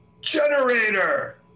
generator